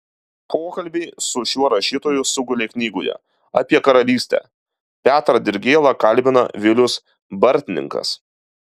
pokalbiai su šiuo rašytoju sugulė knygoje apie karalystę petrą dirgėlą kalbina vilius bartninkas